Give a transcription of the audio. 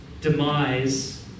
demise